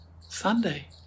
Sunday